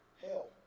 hell